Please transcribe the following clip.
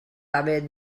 haver